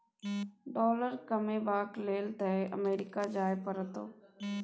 dollar कमेबाक लेल तए अमरीका जाय परतौ